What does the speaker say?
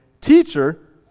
teacher